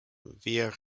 via